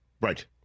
Right